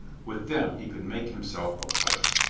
with them he could make him self a place.